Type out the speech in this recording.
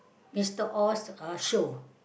is the Oz show